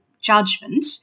judgment